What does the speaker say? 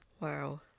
Wow